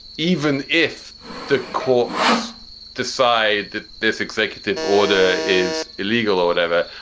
even if the courts decide that this executive order is illegal or whatever.